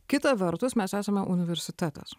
kita vertus mes esame universitetas